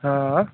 हॅं